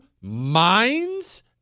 minds